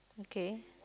okay